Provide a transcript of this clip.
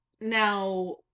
Now